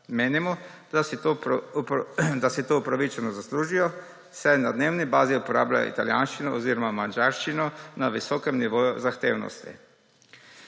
Menimo, da si to upravičeno zaslužijo, saj na dnevni bazi uporabljajo italijanščino oziroma madžarščino na visokem nivoju zahtevnosti.